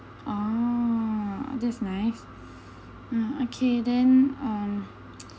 oh this nice ah okay then um